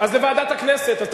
אז לוועדת הכנסת.